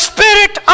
Spirit